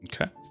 Okay